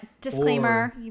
disclaimer